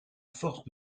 force